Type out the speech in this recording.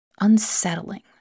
unsettling